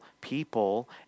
people